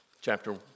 chapter